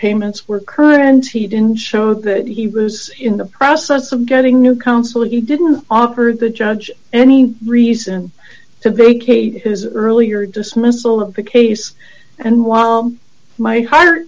payments were current he didn't show that he was in the process of getting new counsel he didn't offer the judge any reason to vacate his earlier dismissal of the case and while my heart